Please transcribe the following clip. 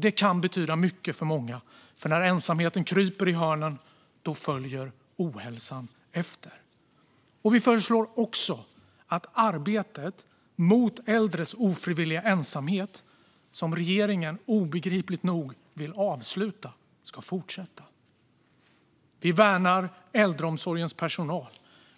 Det kan betyda mycket för många, för när ensamheten kryper i hörnen följer ohälsan efter. Vi föreslår också att arbetet mot äldres ofrivilliga ensamhet, som regeringen obegripligt nog vill avsluta, ska fortsätta. Vi värnar äldreomsorgens personal.